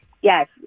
yes